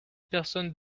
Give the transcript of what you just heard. personnes